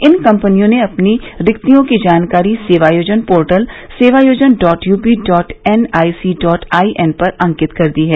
इन कम्पनियों ने अपनी रिक्तियों की जानकारी सेवायोजन पोर्टल सेवायोजन dot UP dot NIC dot IN पर अंकित कर दी है